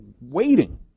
waiting